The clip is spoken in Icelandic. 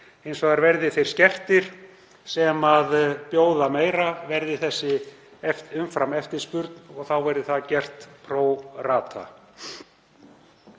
Hins vegar verði þeir skertir sem bjóða meira, verði þessi umframeftirspurn, og þá verði það gert pro rata.